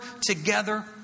together